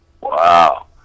wow